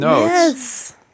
Yes